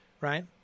right